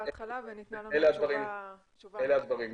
תודה על הדברים.